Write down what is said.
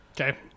Okay